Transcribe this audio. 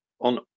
on